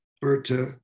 Berta